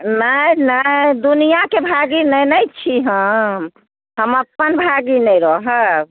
नहि नहि दुनिआके भागी नहि ने छी हम हम अपन भागी ने रहब